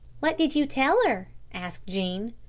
what did you tell her? asked jean.